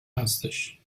هستش